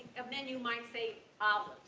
a menu might say ah